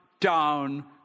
down